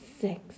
six